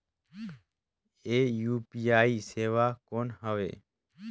ये यू.पी.आई सेवा कौन हवे?